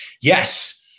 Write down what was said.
Yes